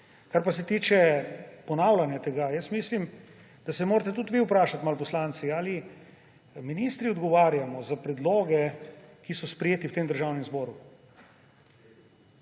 Kar pa se tiče ponavljanja tega, jaz mislim, da se morate tudi vi malo vprašati, poslanci, ali ministri odgovarjamo za predloge, ki so sprejeti v tem državnem zboru.